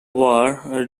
war